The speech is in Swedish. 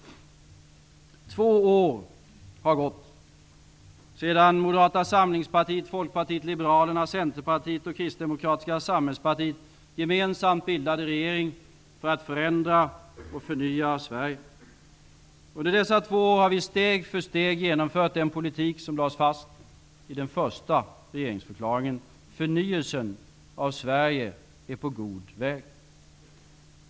Två år har gått sedan Moderata samlingspartiet, Kristdemokratiska samhällspartiet gemensamt bildade regering för att förändra och förnya Under dessa två år har vi steg för steg genomfört den politik som lades fast i den första regeringsförklaringen. Förnyelsen av Sverige är på god väg.